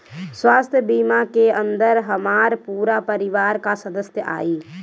स्वास्थ्य बीमा के अंदर हमार पूरा परिवार का सदस्य आई?